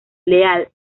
leal